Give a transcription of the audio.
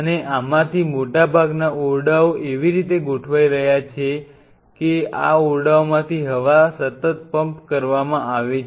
અને આમાંથી મોટાભાગના ઓરડાઓ એવી રીતે ગોઠવાઈ રહ્યા છે કે આ ઓરડાઓમાંથી હવા સતત પમ્પ કરવામાં આવે છે